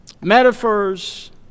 metaphors